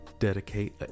dedicate